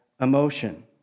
emotion